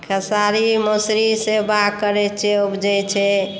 खेसारी मसुरी सेवा करै छै उपजै छै